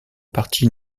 partie